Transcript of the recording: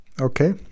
Okay